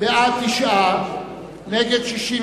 תשעה בעד, 69 נגד,